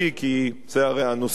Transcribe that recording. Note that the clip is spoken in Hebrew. כי הרי זה הנושא,